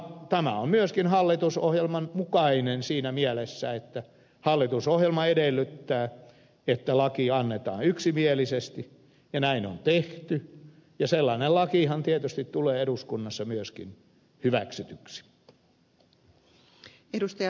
tämä on myöskin hallitusohjelman mukainen siinä mielessä että hallitusohjelma edellyttää että laki annetaan yksimielisesti ja näin on tehty ja sellainen lakihan tietysti tulee eduskunnassa myöskin hyväksytyksi